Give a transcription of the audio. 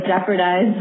jeopardize